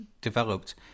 developed